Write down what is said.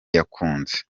yakunze